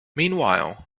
meanwhile